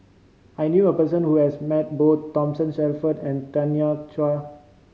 I knew a person who has met both Thomas Shelford and Tanya Chua